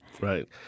Right